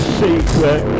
secret